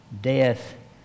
death